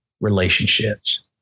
relationships